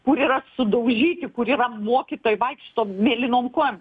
kur yra sudaužyti kurie mokytojai vaikšto mėlynom kojom